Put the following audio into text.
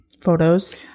photos